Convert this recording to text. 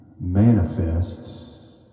manifests